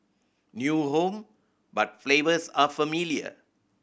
new home but flavors are familiar